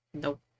Nope